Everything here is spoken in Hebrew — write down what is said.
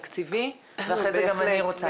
התקציבי; ואחרי זה גם אני רוצה להתייחס.